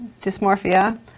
dysmorphia